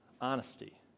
honesty